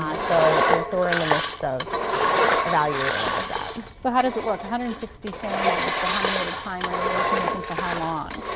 ah so you know so we're in the midst of evaluating all of that. so how does it work? one and sixty families but how many at a time are you working with and for how long?